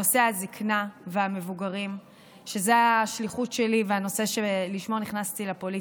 נושא הזיקנה והמבוגרים הוא השליחות שלי והנושא שלשמו נכנסתי לפוליטיקה.